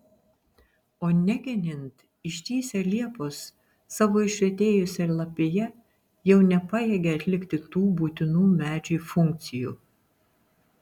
o negenint ištįsę liepos savo išretėjusia lapija jau nepajėgia atlikti tų būtinų medžiui funkcijų